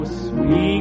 sweet